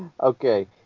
Okay